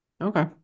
Okay